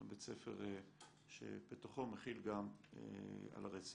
יש שם בית ספר שבתוכו מכיל גם על הרצף.